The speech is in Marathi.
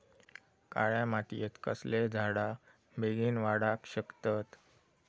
काळ्या मातयेत कसले झाडा बेगीन वाडाक शकतत?